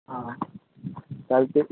हां चालते